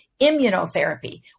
immunotherapy